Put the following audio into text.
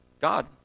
God